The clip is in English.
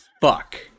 fuck